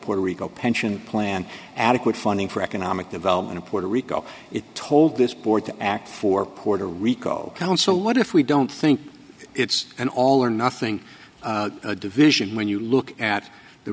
puerto rico pension plan adequate funding for economic development of puerto rico it told this board to act for puerto rico council what if we don't think it's an all or nothing division when you look at the